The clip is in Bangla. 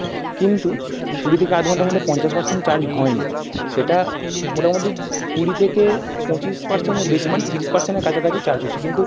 কিন্তু কুড়ি থেকে আধ ঘন্টার মধ্যে পঞ্চাশ পারসেন্ট চার্জ হয় নি সেটা মোটামুটি কুড়ি থেকে পঁচিশ পারসেন্টের বেশি মানে তিরিশ পারসেন্টের কাছাকাছি চার্জ হচ্ছে কিন্তু